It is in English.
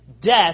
death